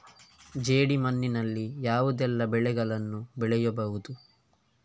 ಜೇಡಿ ಮಣ್ಣಿನಲ್ಲಿ ಯಾವುದೆಲ್ಲ ಬೆಳೆಗಳನ್ನು ಬೆಳೆಯಬಹುದು?